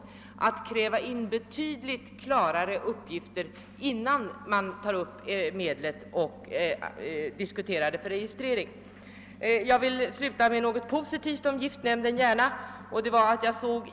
Man måste kräva betydligt klarare uppgifter innan man-tar upp ett medel och diskuterar detta för registrering. Jag vill sluta med att säga något positivt om giftnämnden.